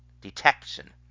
detection